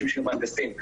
שיהיו מהנדסים.